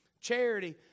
Charity